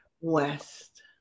West